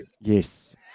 Yes